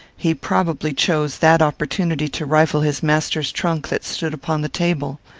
he probably chose that opportunity to rifle his master's trunk, that stood upon the table.